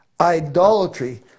idolatry